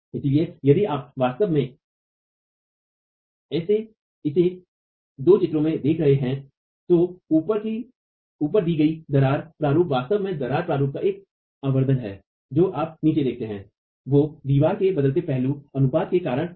इसलिए यदि आप वास्तव में इसे दो चित्रों में देख रहे हैं तो ऊपर दी गई दरार प्रारूप वास्तव में दरार प्रारूप का एक आवर्धन है जो आप नीचे देखते हैं वो दीवार के बदलते पहलू अनुपात के कारण है